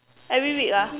every week ah